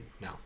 no